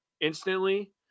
instantly